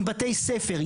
עם בתי ספר.